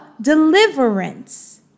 deliverance